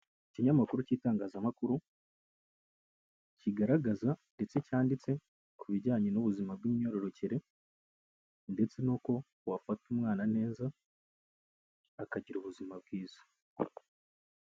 Ikinyamakuru cy'itangazamakuru, kigaragaza ndetse cyanditse ku bijyanye n'ubuzima bw'imyororokere ndetse n'uko wafata umwana neza, akagira ubuzima bwiza.